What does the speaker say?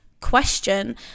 question